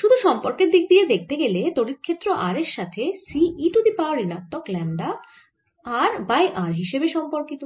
শুধু সম্পর্কের দিক দিয়ে দেখতে গেলে তড়িৎ ক্ষেত্র r এর সাথে C e to the power ঋণাত্মক lambda r by r square হিসেবে সম্পর্কিত